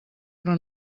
però